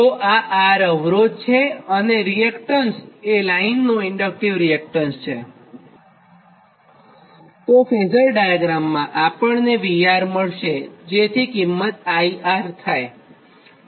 તો આ R અવરોધ છે અને રીએક્ટન્સ એ લાઇનનું ઇન્ડક્ટીવ રીએક્ટન્સ છેતો ફેઝર ડાયાગ્રામમાં આપણને VR મળશેજેની કિંમત IR થાય છે